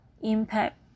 impact